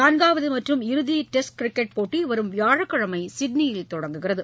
நான்காவது மற்றும் இறுதி டெஸ்ட் கிரிக்கெட் போட்டி வரும் வியாழக்கிழமை சிட்னியில் தொடங்குகிறது